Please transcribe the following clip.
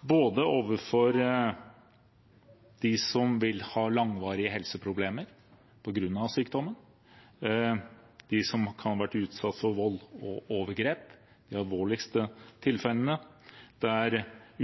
både for dem som vil ha langvarige helseproblemer på grunn av sykdommen, de som kan ha vært utsatt for vold og overgrep, og de alvorligste tilfellene der det er